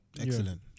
Excellent